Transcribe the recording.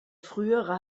frühere